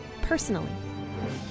personally